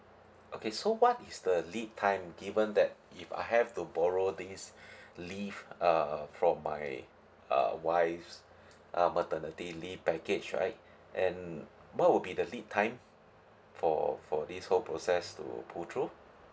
okay so what is the lead time given that if I have to borrow these leave err from my err wife's uh maternity leave package right and what would be the lead time for for this whole process to pull through